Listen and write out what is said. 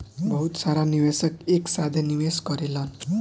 बहुत सारा निवेशक एक साथे निवेश करेलन